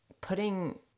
putting